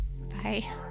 Bye